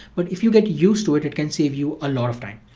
but if you get used to it, it can save you a lot of time.